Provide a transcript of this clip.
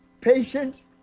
patient